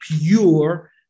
pure